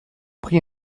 prit